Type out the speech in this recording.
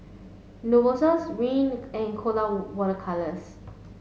Novosource Rene and Colora water colours